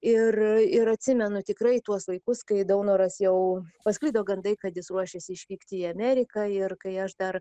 ir ir atsimenu tikrai tuos laikus kai daunoras jau pasklido gandai kad jis ruošiasi išvykti į ameriką ir kai aš dar